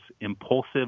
impulsive